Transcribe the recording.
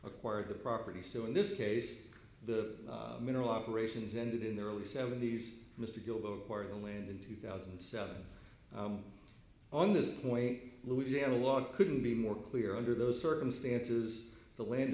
acquired the property so in this case the mineral operations ended in the early seventy's mr gill the part of the land in two thousand and seven on this point louisiana log couldn't be more clear under those circumstances the land